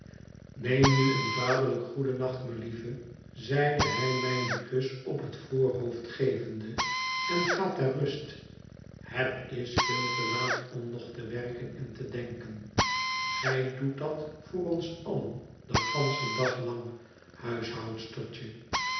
neem nu een vaderlijk goedennacht melieve zeide hij mij een kus op het voorhoofd gevende en ga ter rust het is veel te laat om nog te werken en te denken gij doet dat voor ons allen den ganschen dag lang huishoud